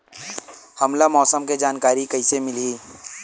हमला मौसम के जल्दी जानकारी कइसे मिलही?